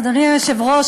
אדוני היושב-ראש,